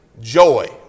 joy